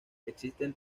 existen